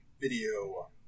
video